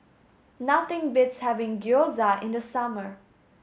nothing beats having Gyoza in the summer